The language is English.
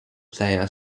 player